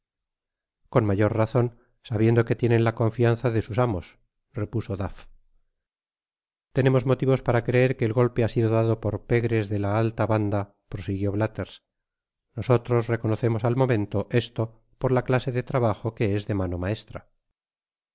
con mayor razon sabiendo que tienen la confianza de sus amos repuso duff tenemos motivos para creer que el golpe ha sido dado por pegres de la alia banda prosiguió blalhers nosotros recono cemos al momento esto por la clase de trabajo que es de mano maestra